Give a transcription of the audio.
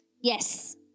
Yes